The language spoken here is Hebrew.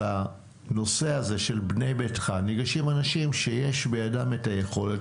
שלנושא הזה של בנה ביתך ניגשים אנשים שיש בידם את היכולת,